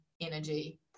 energy